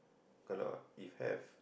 kalau if have